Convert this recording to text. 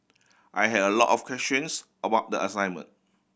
I had a lot of questions about the assignment